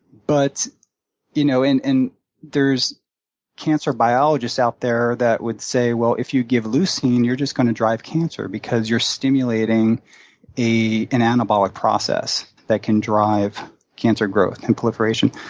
but you know and and there's cancer biologists out there that would say, well, if you give leucine, you're just going to drive cancer because you're stimulating an anabolic process that can drive cancer growth and proliferation.